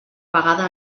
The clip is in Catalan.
vegada